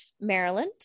Maryland